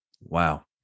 Wow